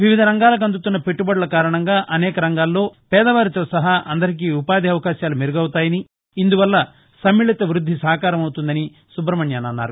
వివిధ రంగాలకు అందుతున్న పెట్లుబడుల కారణంగా అనేక రంగాల్లో పేదవారితో సహా అందరికీ ఉపాధి అవకాశాలు మెరుగవుతాయని ఇందువల్ల సమ్మిళిత వృద్ది సాకారం అవుతుందని సుబ్రహ్మణ్యన్ అన్నారు